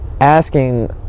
asking